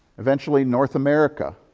eventually north america,